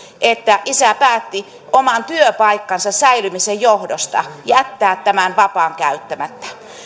että isä päätti oman työpaikkansa säilymisen takia jättää tämän vapaan käyttämättä